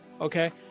okay